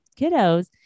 kiddos